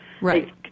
Right